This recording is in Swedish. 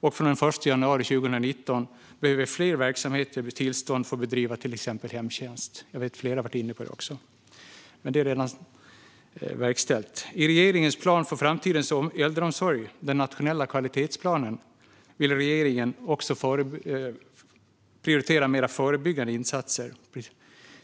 Och från den 1 januari 2019 behöver fler verksamheter tillstånd för att bedriva till exempel hemtjänst. Flera har varit inne på det också tidigare. Det är alltså redan verkställt. I regeringens plan för framtidens äldreomsorg, den nationella kvalitetsplanen, kan man läsa att regeringen vill prioritera mer förebyggande insatser.